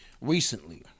recently